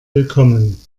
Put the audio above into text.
willkommen